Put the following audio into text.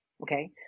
okay